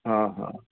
हा हा